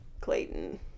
clayton